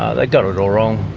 ah like got it all wrong.